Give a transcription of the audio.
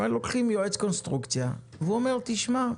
לוקחים יועץ קונסטרוקציה והוא אומר: תשמע,